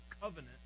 covenant